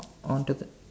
on to the